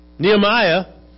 Nehemiah